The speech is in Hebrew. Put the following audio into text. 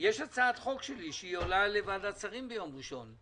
יש הצעת חוק שלי על דחיית מועדים שעולה לוועדת שרים ביום ראשון.